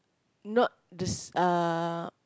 not the s~ uh